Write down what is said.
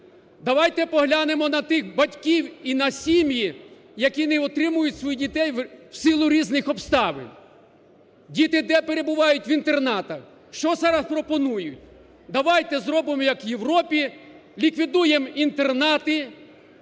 Давайте поглянемо на тих батьків і на сім'ї, які не утримують своїх дітей в силу різних обставин. Діти де перебувають? В інтернатах. Що зараз пропонують? Давайте зробимо, як в Європі, ліквідуємо інтернати,